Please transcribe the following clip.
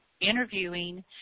interviewing